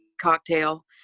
cocktail